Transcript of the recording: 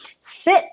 sit